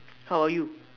how about you